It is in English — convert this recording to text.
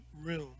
room